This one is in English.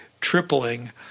tripling